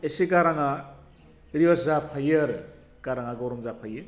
एसे गाराङा रिवास जाफायो आरो गाराङा गरम जाफायो